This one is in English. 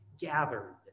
gathered